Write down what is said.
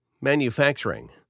manufacturing